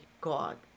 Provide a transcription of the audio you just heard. God